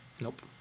Nope